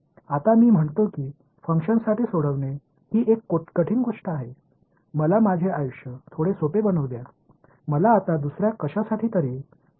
आता मी म्हणतो की फंक्शनसाठी सोडवणे ही एक कठीण गोष्ट आहे मला माझे आयुष्य थोडे सोपे बनवु द्या मला आता दुसर्या कशासाठी तरी सोडवू दे